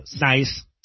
Nice